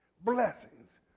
blessings